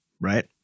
right